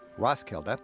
roskilde, ah